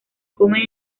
comen